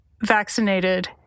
vaccinated